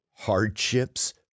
hardships